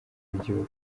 w’igihugu